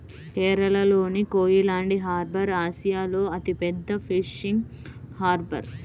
కేరళలోని కోయిలాండి హార్బర్ ఆసియాలో అతిపెద్ద ఫిషింగ్ హార్బర్